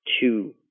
two